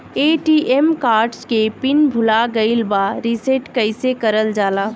ATM card के PIN भूला गइल बा रीसेट कईसे करल जाला?